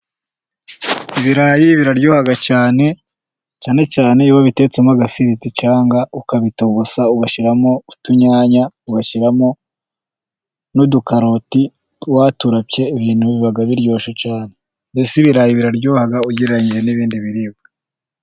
Ibirayi biraryoha cyane, cyane cyane iyo wabitetsemo agafiriti cyangwa ukabibitogosa ugashyiramo utunyanya, ugashyiramo n'udukaroti waturapye ibintu biba biryoshye cyane, mbese ibirayi biraryoha ugereranyije n'ibindi biribwa.